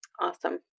awesome